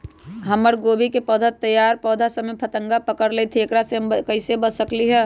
हमर गोभी के तैयार पौधा सब में फतंगा पकड़ लेई थई एकरा से हम कईसे बच सकली है?